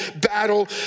battle